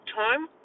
time